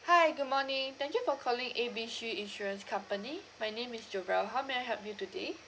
hi good morning thank you for calling A B C insurance company my name is jovelle how may I help you today